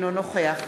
אינו נוכח